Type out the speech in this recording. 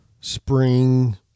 Spring